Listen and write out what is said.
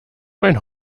mein